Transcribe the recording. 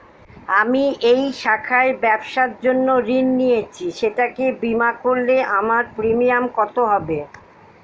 আমি এই শাখায় ব্যবসার জন্য ঋণ নিয়েছি সেটাকে বিমা করলে আমার প্রিমিয়াম কত হবে?